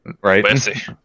right